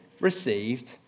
received